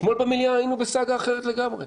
אתמול במליאה היינו בסגה אחרת לגמרי.